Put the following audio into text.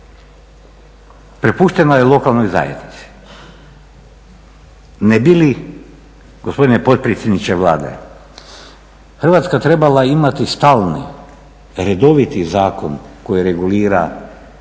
Prepušteno je lokalnoj zajednici. Ne bi li gospodine potpredsjedniče Vlade Hrvatska trebala imati stalni, redoviti zakon koji regulira sanaciju,